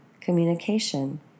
communication